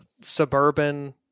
suburban